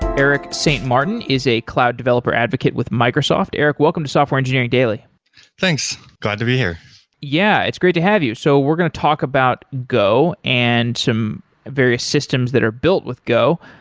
erik st. martin is a cloud developer advocate with microsoft. erik, welcome to software engineering daily thanks. glad to be here yeah. it's great to have you. so we're going to talk about go and some various systems that are built with go.